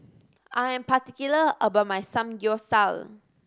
I am particular about my Samgyeopsal